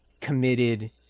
committed